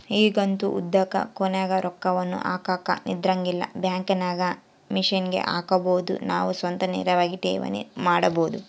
ಈಗಂತೂ ಉದ್ದುಕ ಕ್ಯೂನಗ ರೊಕ್ಕವನ್ನು ಹಾಕಕ ನಿಂದ್ರಂಗಿಲ್ಲ, ಬ್ಯಾಂಕಿನಾಗ ಮಿಷನ್ಗೆ ಹಾಕಬೊದು ನಾವು ಸ್ವತಃ ನೇರವಾಗಿ ಠೇವಣಿ ಮಾಡಬೊದು